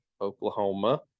Oklahoma